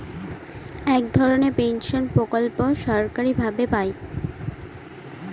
এক ধরনের পেনশন প্রকল্প সরকারি ভাবে পাই